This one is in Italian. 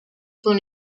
con